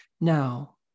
now